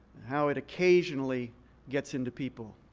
how it occasionally gets into people.